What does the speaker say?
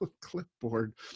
clipboard